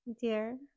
dear